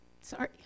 sorry